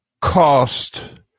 cost